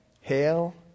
Hail